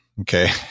okay